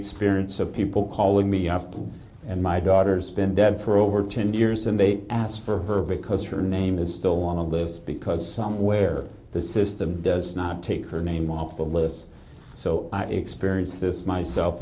experience of people calling me and my daughter's been dead for over ten years and they asked for her because her name is still on the list because somewhere the system does not take her name off the list so i experience this myself